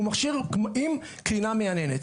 אבל הוא מכשיר עם קרינה מייננת.